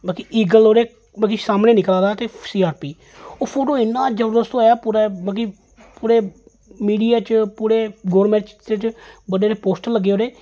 मतलब कि ईगल ओह्दे मतलब कि सामनै निकला दा ते सी आर पी ओह् फोटो इन्ना जबरदस्त आया पूरा मतलब कि पूरे मीडिया च पूरे गौरमेंट च ओह्दे जेह्ड़े पोस्टर लग्गे ओह्दे